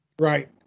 Right